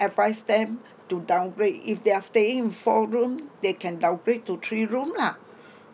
advise them to downgrade if they're staying in four room they can downgrade to three room lah